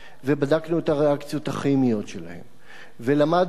ובדקנו את הריאקציות הכימיות שלה ולמדנו